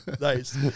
Nice